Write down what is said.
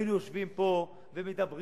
והיינו יושבים פה ומדברים,